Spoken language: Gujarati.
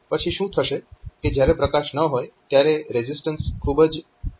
પછી શું થશે કે જ્યારે પ્રકાશ ન હોય ત્યારે રેઝિસ્ટન્સ ખૂબ વધારે હોય છે